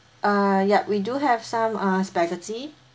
ah yup we do have some uh spaghetti